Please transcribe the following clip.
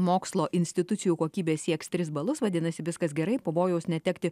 mokslo institucijų kokybė sieks tris balus vadinasi viskas gerai pavojaus netekti